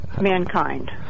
Mankind